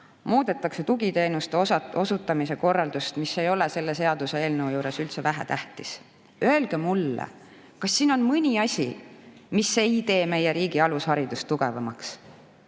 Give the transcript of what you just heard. muudetakse tugiteenuste osutamise korraldust, mis ei ole selle seaduseelnõu juures üldse vähetähtis. Öelge mulle, kas siin on mõni asi, mis ei tee meie riigi alusharidust tugevamaks?